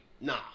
nah